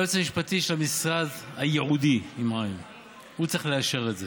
היועץ המשפטי של המשרד הייעודי צריך לאשר את זה.